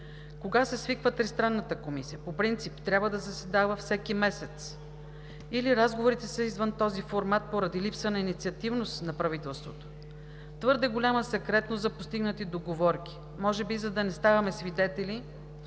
Кога се свиква Тристранната комисия? По принцип трябва да заседава всеки месец или разговорите са извън този формат поради липса на инициативност на правителството?! Твърде голяма секретност за постигнати договорки може би, за да не ставаме свидетели